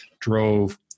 drove